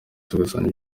tugasanga